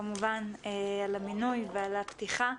כמובן על המינוי ועל הפתיחה,